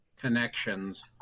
connections